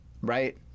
right